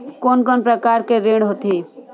कोन कोन प्रकार के ऋण होथे?